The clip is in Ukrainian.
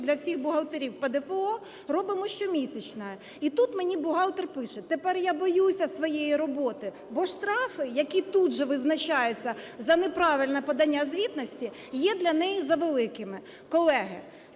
для всіх бухгалтерів, – ПДФО робимо щомісячно. І тут мені бухгалтер пише: "Тепер я боюся своєї роботи", бо штрафи, які тут же визначаються за неправильне подання звітності, є для неї завеликими. Колеги,